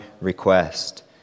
request